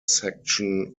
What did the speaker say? section